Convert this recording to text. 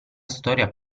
storia